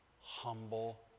humble